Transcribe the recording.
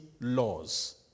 laws